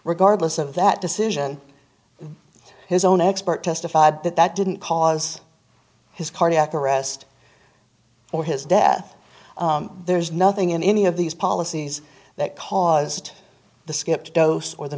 regardless of that decision his own expert testified that that didn't cause his cardiac arrest or his death there's nothing in any of these policies that caused the skip dose or the